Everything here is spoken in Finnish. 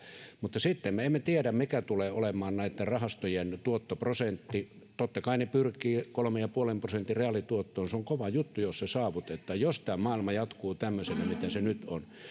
mutta sitten me emme tiedä mikä tulee olemaan näitten rahastojen tuottoprosentti totta kai ne pyrkivät kolmen ja puolen prosentin reaalituottoon se on kova juttu jos se saavutetaan jos tämä maailma jatkuu tämmöisenä mitä se nyt on